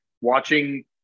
watching